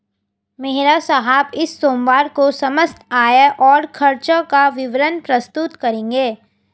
मेहरा साहब इस सोमवार को समस्त आय और खर्चों का विवरण प्रस्तुत करेंगे